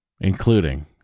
including